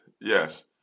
Yes